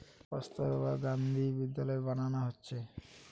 কস্তুরবা গান্ধী বিদ্যালয় বানানা হচ্ছে